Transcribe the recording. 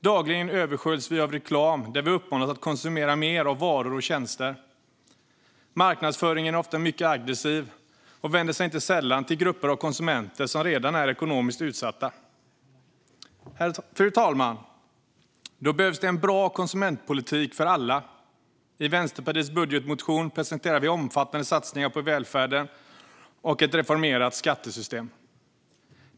Dagligen översköljs vi av reklam där vi uppmanas att konsumera mer av varor och tjänster. Marknadsföringen är ofta mycket aggressiv och vänder sig inte sällan till grupper av konsumenter som redan är ekonomiskt utsatta. Fru talman! Det behövs därför en bra konsumentpolitik för alla. I Vänsterpartiets budgetmotion presenteras omfattande satsningar på välfärden och ett reformerat skattesystem.